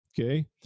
okay